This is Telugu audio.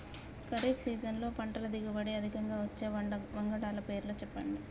ఖరీఫ్ సీజన్లో పంటల దిగుబడి అధికంగా వచ్చే వంగడాల పేర్లు చెప్పండి?